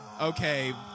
Okay